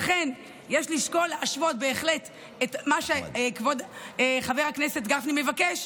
לכן יש לשקול להשוות בהחלט את מה שחבר הכנסת גפני מבקש,